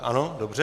Ano, dobře.